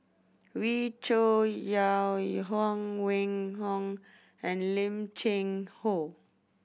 Wee Cho Yaw Huang Wenhong and Lim Cheng Hoe